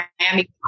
Miami